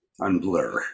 unblur